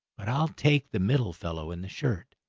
but i'll take the middle fellow in the shirt,